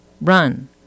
run